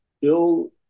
Bill